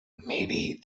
maybe